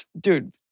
dude